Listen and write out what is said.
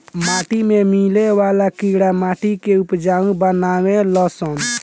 माटी में मिले वाला कीड़ा माटी के उपजाऊ बानावे लन सन